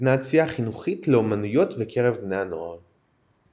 אינדוקטרינציה חינוכית לאומנית בקרב בני הנוער.